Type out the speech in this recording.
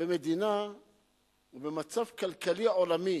במדינה ובמצב כלכלי עולמי,